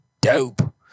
dope